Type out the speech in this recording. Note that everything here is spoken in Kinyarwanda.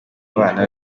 abana